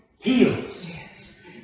heals